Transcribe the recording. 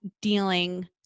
dealing